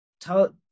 tell